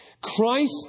Christ